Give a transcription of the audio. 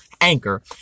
Anchor